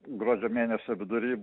gruodžio mėnesio vidury